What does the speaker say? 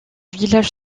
village